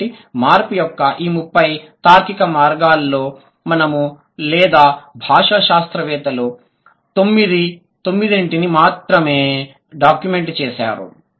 కాబట్టి మార్పు యొక్క ఈ ముప్పై తార్కిక మార్గాల్లో మనము లేదా భాషా శాస్త్రవేత్తలు తొమ్మిది తొమ్మిదింటిని మాత్రమే డాక్యుమెంట్ చేశారు